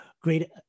great